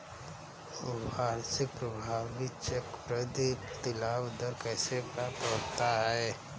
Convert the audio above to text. वार्षिक प्रभावी चक्रवृद्धि प्रतिलाभ दर कैसे प्राप्त होता है?